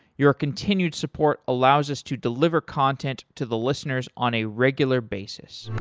your continued support allows us to deliver content to the listeners on a regular basis